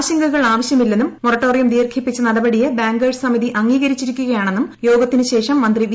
ആശങ്കകൾ ആവശ്യ മില്ലെന്നും മോറട്ടോറിയം ദീർഘിപ്പിച്ച നടപടിയെ ബാങ്കേഴ്സ് സമിതി അംഗീകരിച്ചിരിക്കുകയാണെന്നും യോഗത്തിനുശേഷം മന്ത്രി വി